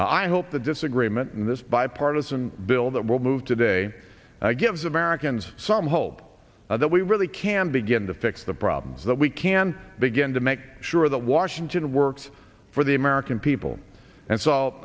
i hope the disagreement in this bipartisan bill that will move today gives americans some hope that we really can begin to fix the problems that we can begin to make sure that washington works for the american people and s